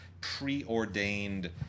preordained